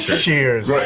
shears. like